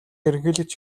ерөнхийлөгч